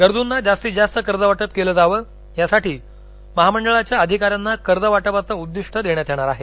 गरजूना जास्तीत जास्त कर्ज वाटप केले जावं यासाठी महामंडळाच्या अधिकाऱ्यांना कर्जवाटपाचं उद्दीष्ट देण्यात येणार आहे